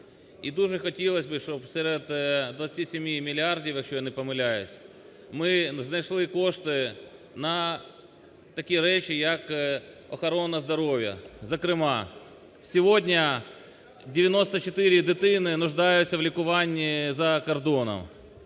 і дуже хотілося, щоб серед 27 мільярдів, якщо я не помиляюсь, ми знайшли кошти на такі речі, як охорона здоров'я. Зокрема, сьогодні 94 дитини нуждаються в лікуванні за кордоном.